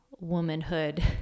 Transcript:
womanhood